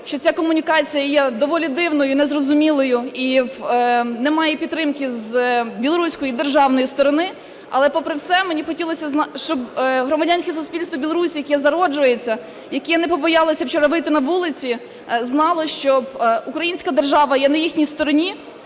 що ця комунікація є доволі дивною і незрозумілою, і немає підтримки з білоруської державної сторони. Але, попри все мені б хотілося, щоб громадянське суспільство Білорусії, яке зароджується, яке не побоялося вчора вийти на вулиці, знало, що українська держава є на їхній стороні,